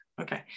okay